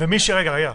רגע, רגע.